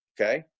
Okay